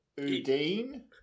Udine